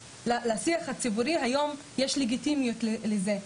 והיום יש לגיטימיות לזה.